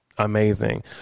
Amazing